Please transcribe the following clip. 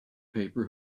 paper